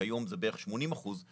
כיום זה בערך 80 אחוזים,